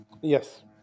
Yes